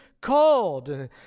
called